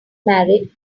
married